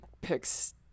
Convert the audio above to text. picks